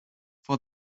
for